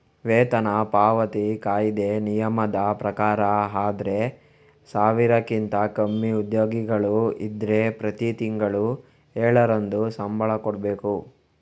ವೇತನ ಪಾವತಿ ಕಾಯಿದೆ ನಿಯಮದ ಪ್ರಕಾರ ಆದ್ರೆ ಸಾವಿರಕ್ಕಿಂತ ಕಮ್ಮಿ ಉದ್ಯೋಗಿಗಳು ಇದ್ರೆ ಪ್ರತಿ ತಿಂಗಳು ಏಳರಂದು ಸಂಬಳ ಕೊಡ್ಬೇಕು